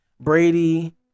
Brady